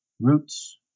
roots